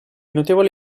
notevole